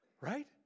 Right